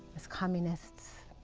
as communists,